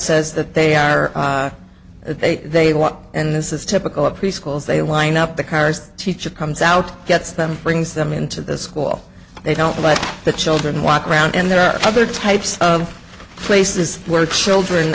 says that they are they they want and this is typical of preschools they line up the cars teacher comes out gets them brings them into the school they don't let the children walk around and there are other types of places where children